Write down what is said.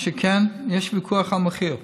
מה שכן, יש ויכוח על המחיר.